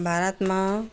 भारतमा